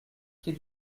quai